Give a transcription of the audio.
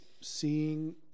seeing